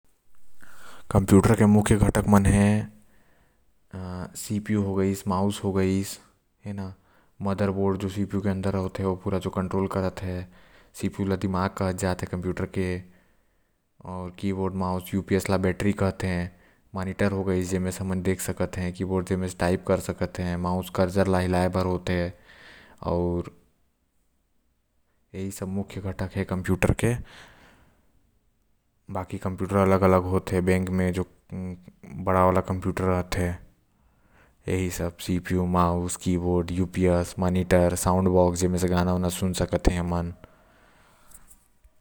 कंप्यूटर के मुख्य घटक मन हे सीपीयू हो गाइस, माउस हो गाइस, मदर बोर्ड जो सीपीयू के अंदर होएल। जो पूरा कंट्रोल करत हे ओ हो गाइस सीपीयू ला कंप्यूटर के दिमाग़ कहते हैं। मॉनिटर हो गाइस जेकर म देख सकतीं आऊ कीबोर्ड जेकर म टाइप कर सकत हैं। बाकी कंप्यूटर अलग अलग प्रकार के भी आ गाइस है मार्केट में।